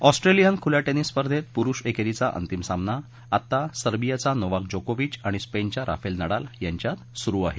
Australian खुल्या tennis स्पर्धेत पुरुष एकेरीचा अंतिम सामना आता सर्वियाचा नोवाक जोकोविच आणि स्पेनच्या राफेल नडाल यांच्यात सुरू आहे